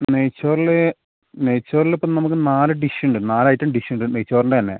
നെയ്ച്ചോറിൽ നെയ്ച്ചോറിൽ ഇപ്പം നമുക്ക് നാല് ഡിഷ് ഉണ്ട് നാല് ഐറ്റം ഡിഷ് ഉണ്ട് നെയ്ച്ചോറിന്റെ തന്നെ